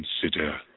consider